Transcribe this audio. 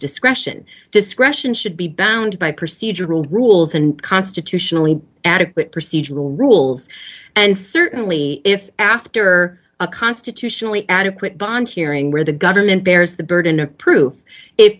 discretion discretion should be bound by procedural rules and constitutionally adequate procedural rules and certainly if after a constitutionally adequate bond hearing where the government bears the burden of pro